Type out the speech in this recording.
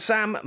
Sam